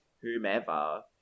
whomever